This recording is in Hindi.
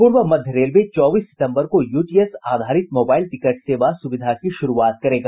पूर्व मध्य रेलवे चौबीस सितम्बर को यूटीएस आधारित मोबाईल टिकट सेवा सुविधा की शुरूआत करेगा